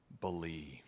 believe